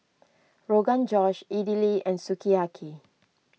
Rogan Josh Idili and Sukiyaki